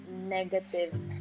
negative